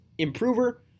improver